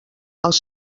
els